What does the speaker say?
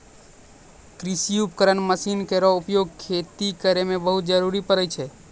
कृषि उपकरण मसीन केरो उपयोग खेती करै मे बहुत जरूरी परै छै